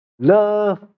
love